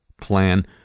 plan